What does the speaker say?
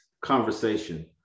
conversation